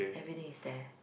everything is there